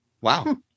Wow